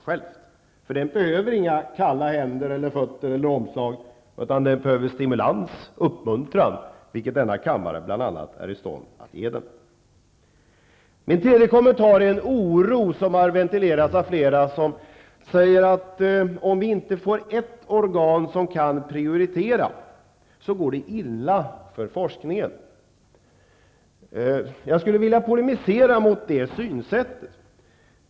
Denna forskning behöver inga kalla händer eller fötter eller omslag, utan den behöver stimulans och uppmuntran, vilket bl.a. denna kammare är i stånd att ge den. Flera talare i den här debatten har ventilerat en oro och sagt att det går illa för forskningen om vi inte har ett organ som kan prioritera. Jag skulle som en tredje kommentar vilja polemisera mot det synsättet.